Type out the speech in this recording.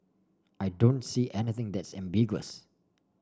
I don't see anything that's ambiguous